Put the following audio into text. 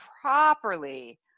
properly